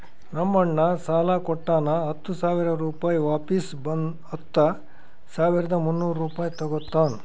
ನಮ್ ಅಣ್ಣಾ ಸಾಲಾ ಕೊಟ್ಟಾನ ಹತ್ತ ಸಾವಿರ ರುಪಾಯಿ ವಾಪಿಸ್ ಹತ್ತ ಸಾವಿರದ ಮುನ್ನೂರ್ ರುಪಾಯಿ ತಗೋತ್ತಾನ್